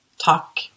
talk